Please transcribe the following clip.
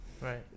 Right